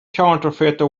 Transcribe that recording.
counterfeiter